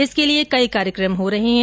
इसके लिए कई कार्यकम हो रहे है